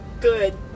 good